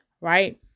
Right